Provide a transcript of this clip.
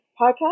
podcast